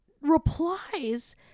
replies